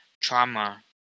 trauma